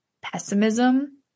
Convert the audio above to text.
pessimism